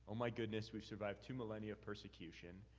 um my goodness, we've survived two millennia of persecution.